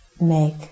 make